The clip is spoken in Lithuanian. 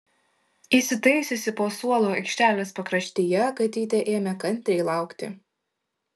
įsitaisiusi po suolu aikštelės pakraštyje katytė ėmė kantriai laukti